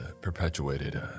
perpetuated